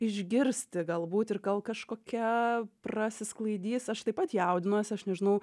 išgirsti galbūt ir gal kažkokia prasisklaidys aš taip pat jaudinuosi aš nežinau